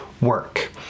work